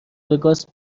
وگاس